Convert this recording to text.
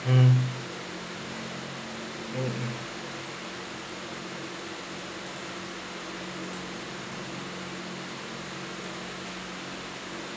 mm mmhmm